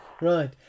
Right